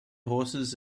horses